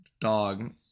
Dog